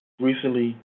recently